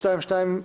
(תיקוני חקיקה להשגת יעדי התקציב).